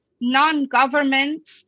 non-government